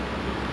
ya